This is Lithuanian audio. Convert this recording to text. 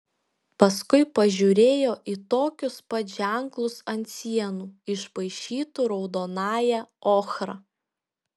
paskui pažiūrėjo į tokius pat ženklus ant sienų išpaišytų raudonąja ochra